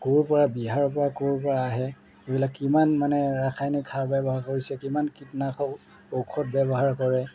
ক'ৰ পৰা বিহাৰৰ পৰা ক'ৰ পৰা আহে এইবিলাক কিমান মানে ৰাসায়নিক সাৰ ব্যৱহাৰ কৰিছে কিমান কীটনাশক ঔষধ ব্যৱহাৰ কৰে